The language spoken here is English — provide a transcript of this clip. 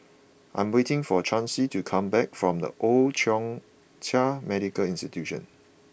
I'm waiting for Chauncey to come back from The Old Thong Chai Medical Institution